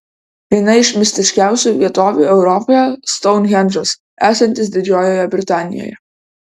viena iš mistiškiausių vietovių europoje stounhendžas esantis didžiojoje britanijoje